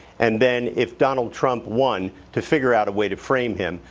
and then if donald trump won, to figure out a way to frame him.